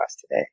today